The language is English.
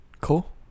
Cool